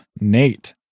Nate